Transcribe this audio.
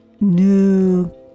New